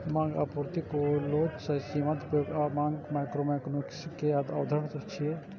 मांग आ आपूर्ति के लोच आ सीमांत उपयोगिता आ मांग माइक्रोइकोनोमिक्स के अवधारणा छियै